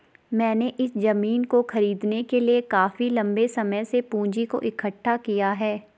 मैंने इस जमीन को खरीदने के लिए काफी लंबे समय से पूंजी को इकठ्ठा किया है